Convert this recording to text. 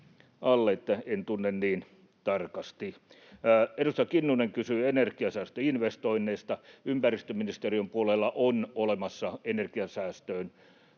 alle, eli en tunne niin tarkasti. Edustaja Kinnunen kysyi energiansäästöinvestoinneista. Ympäristöministeriön puolella on olemassa energiansäästöinvestointeihin